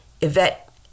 Yvette